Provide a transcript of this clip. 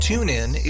TuneIn